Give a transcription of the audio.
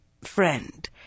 Friend